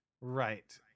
right